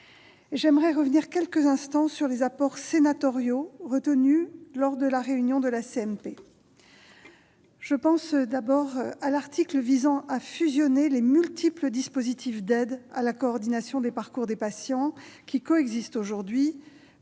J'aimerais revenir quelques instants sur les apports sénatoriaux retenus lors de la réunion de la commission mixte paritaire. Je pense d'abord à l'article visant à fusionner les multiples dispositifs d'aide à la coordination des parcours des patients qui coexistent aujourd'hui